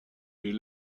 est